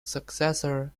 successor